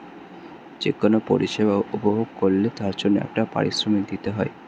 যে কোন পরিষেবা উপভোগ করলে তার জন্যে একটা পারিশ্রমিক দিতে হয়